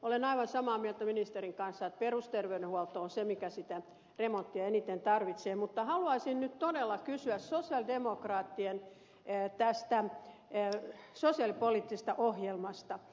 olen aivan samaa mieltä ministerin kanssa että perusterveydenhuolto on se mikä sitä remonttia eniten tarvitsee mutta haluaisin nyt todella kysyä sosialidemokraattien sosiaalipoliittisesta ohjelmasta